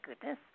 goodness